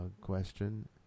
question